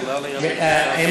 מהותית.